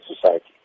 society